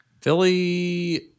Philly